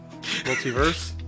Multiverse